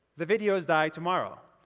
the videos die tomorrow.